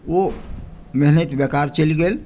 ओ मेहनत बेकार चलि गेल